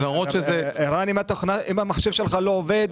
אבל ערן, אם המחשב שלך לא עובד,